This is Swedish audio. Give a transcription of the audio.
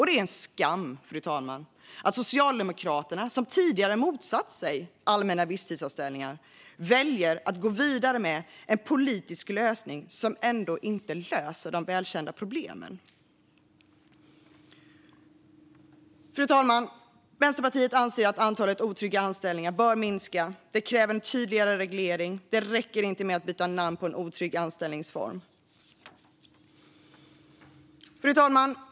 Det är en skam, fru talman, att Socialdemokraterna, som tidigare motsatt sig allmänna visstidsanställningar, väljer att gå vidare med en politisk lösning som ändå inte löser de välkända problemen. Fru talman! Vänsterpartiet anser att antalet otrygga anställningar bör minska. Det kräver en tydligare reglering. Det räcker inte med att byta namn på en otrygg anställningsform. Fru talman!